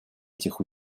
этих